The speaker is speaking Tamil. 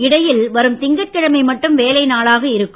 இடையில் வரும் திங்கட்கிழமை மட்டும் வேலை நாளாக இருக்கும்